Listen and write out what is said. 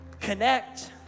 connect